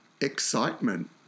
excitement